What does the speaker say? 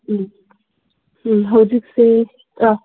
ꯎꯝ ꯎꯝ ꯍꯧꯖꯤꯛꯁꯦ ꯑꯥ